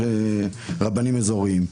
רבנים אזוריים.